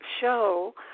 show